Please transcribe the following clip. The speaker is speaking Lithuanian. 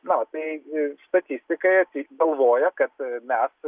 na tai statistikai atseit galvoja kad mes